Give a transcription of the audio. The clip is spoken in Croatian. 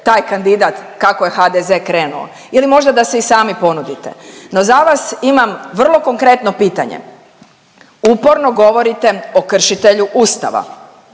taj kandidat kako je HDZ krenuo. Ili možda da se sami ponudite. No, za vas imam vrlo konkretno pitanje. Uporno govorite o kršitelju Ustava.